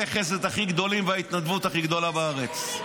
החסד הכי גדולים וההתנדבות הכי גדולה בארץ.